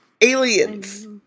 Aliens